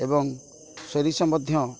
ଏବଂ ସୋରିଷ ମଧ୍ୟ